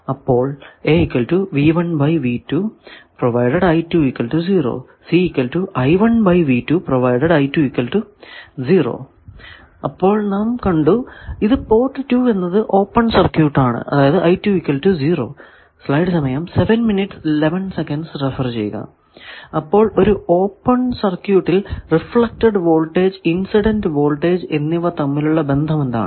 അപ്പോൾ അപ്പോൾ നമ്മൾ കണ്ടു ഈ പോർട്ട് 2 എന്നത് ഓപ്പൺ സർക്യൂട് ആണ് അതായതു അപ്പോൾ ഒരു ഓപ്പൺ സർക്യൂട്ടിൽ റിഫ്ലെക്ടഡ് വോൾടേജ് ഇൻസിഡന്റ് വോൾടേജ് എന്നിവ തമ്മിലുള്ള ബന്ധമെന്താണ്